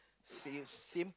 sim~ same